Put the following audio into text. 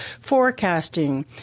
forecasting